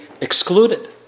excluded